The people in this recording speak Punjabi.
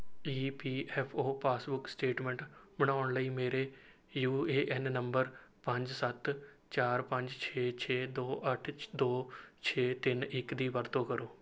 ਈ P F O passbook statement ਬਣਾਉਣ ਲਈ ਮੇਰੇ ਯੂ ਏ ਐੱਨ ਨੰਬਰ ਪੰਜ ਸੱਤ ਚਾਰ ਪੰਜ ਛੇ ਛੇ ਦੋ ਅੱਠ ਸ ਦੋ ਛੇ ਤਿੰਨ ਇੱਕ ਦੀ ਵਰਤੋਂ ਕਰੋ